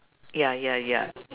ya ya ya